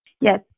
yes